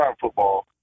football